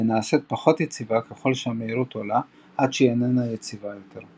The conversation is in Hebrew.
ונעשית פחות יציבה ככל שהמהירות עולה עד שהיא אינה יציבה יותר.